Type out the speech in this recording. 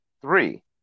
Three